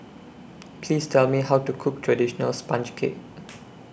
Please Tell Me How to Cook Traditional Sponge Cake